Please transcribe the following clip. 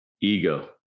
Ego